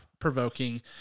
provoking